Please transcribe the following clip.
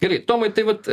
gerai tomai tai vat